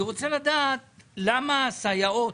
אני רוצה לדעת למה הסייעות